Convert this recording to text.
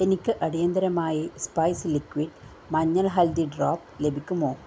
എനിക്ക് അടിയന്തിരമായി spice liquid മഞ്ഞൾ ഹൽദി ഡ്രോപ്പ് ലഭിക്കുമോ